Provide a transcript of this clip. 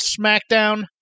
SmackDown